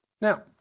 Now